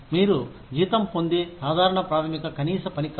మీరు జీతం పొందే సాధారణ ప్రాథమిక కనీస పని కాదు